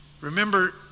Remember